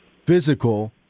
physical